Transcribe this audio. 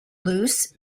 loose